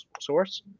source